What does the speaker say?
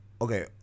Okay